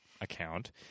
account